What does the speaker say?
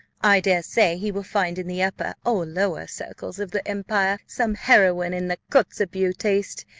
i dare say he will find in the upper or lower circles of the empire some heroine in the kotzebue taste,